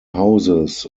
houses